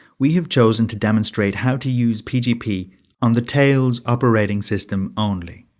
we have chosen to demonstrate how to use pgp on the tails operating system only.